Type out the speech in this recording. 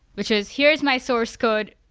which is, here's my source code.